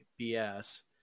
BS